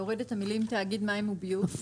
להוריד את המילים "תאגיד מים וביוב".